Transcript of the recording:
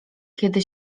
kiedy